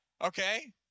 okay